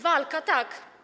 Walka, tak.